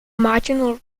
marginal